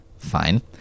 fine